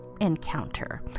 encounter